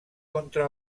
contra